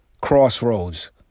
Crossroads